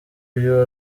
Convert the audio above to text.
uyu